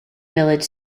village